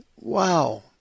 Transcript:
Wow